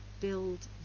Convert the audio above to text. build